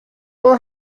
will